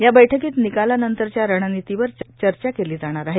या बैठकीत निकालानंतरच्या रणनितीवर चर्चा केली जाणार आहे